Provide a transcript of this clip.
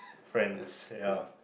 friends yeah